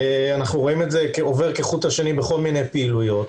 אנחנו רואים את זה עובר כחוט השני בכל מיני פעילויות.